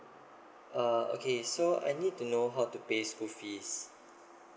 uh okay so I need to know how to pay school fees